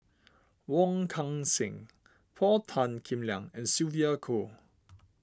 Wong Kan Seng Paul Tan Kim Liang and Sylvia Kho